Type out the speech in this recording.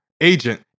agent